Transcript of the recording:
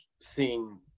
seeing